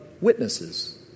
witnesses